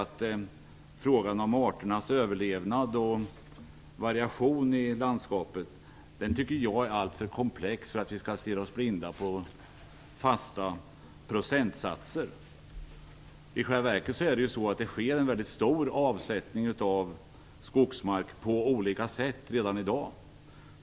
Men frågan om arternas överlevnad och variation i landskapet tycker jag är alltför komplex för att vi skall stirra oss blinda på fasta procentsatser. I själva verket sker redan i dag på olika sätt en stor avsättning av skogsmark.